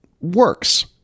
works